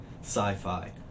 sci-fi